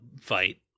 fight